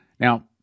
Now